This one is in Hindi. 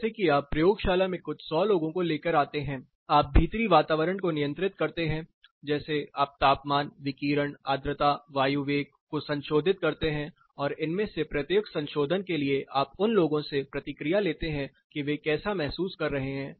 जैसे कि आप प्रयोगशाला में कुछ सौ लोगों को लेकर आते हैं आप भीतरी वातावरण को नियंत्रित करते हैं जैसे आप तापमान विकिरण आर्द्रता वायु वेग को संशोधित करते हैं और इनमें से प्रत्येक संशोधन के लिए आप उन लोगों से प्रतिक्रिया लेते हैं कि वे कैसा महसूस कर रहे हैं